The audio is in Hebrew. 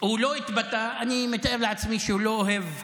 הוא לא התבטא, אני מתאר לעצמי שהוא לא אוהב כיבוש.